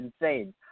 insane